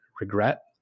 regret